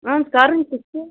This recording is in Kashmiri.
اَہَن حظ کَرُن تہِ چھِ